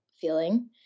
feeling